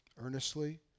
Earnestly